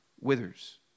withers